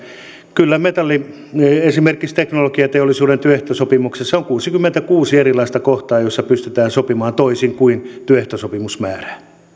kyllä esimerkiksi teknologiateollisuuden työehtosopimuksessa on kuusikymmentäkuusi erilaista kohtaa joista pystytään sopimaan toisin kuin työehtosopimus määrää